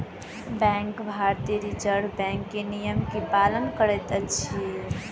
bank भारतीय reserve bank के नियम के पालन करैत अछि